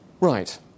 Right